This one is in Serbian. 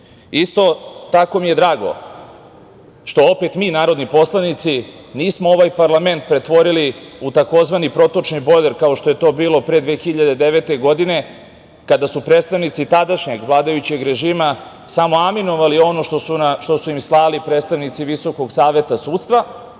Isto tako mi je drago što opet mi narodni poslanici nismo ovaj parlament pretvorili u tzv. protočni bojler, kao što je to bilo pre 2009. godine, kada su predstavnici tadašnjeg vladajućeg režima samo aminovali ono što su im slali predstavnici Visokog saveta sudstva